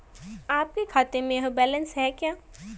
आपके खाते में यह बैलेंस है क्या?